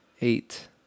eight